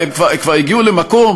הם כבר הגיעו למקום